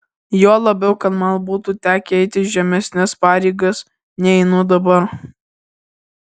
juo labiau kad man būtų tekę eiti žemesnes pareigas nei einu dabar